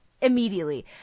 immediately